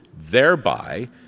thereby